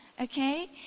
Okay